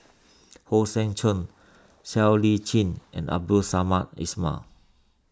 Hong Sek Chern Siow Lee Chin and Abdul Samad Ismail